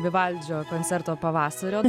vivaldžio koncerto pavasario